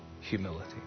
humility